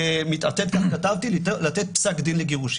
כך כתבתי, לתת פסק דין לגירושין.